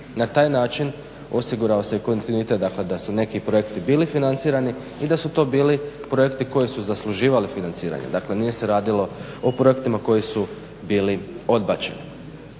Na taj način osigurao se kontinuitet dakle da su neki projekti bili financirani i da su to bili projekti koji su zasluživali financiranje. Dakle nije se radilo o projektima koji su bili odbačeni,